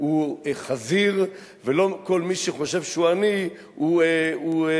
הוא חזיר, ולא כל מי שחושב שהוא עני הוא צדיק.